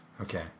Okay